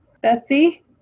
Betsy